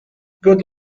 good